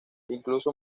incluso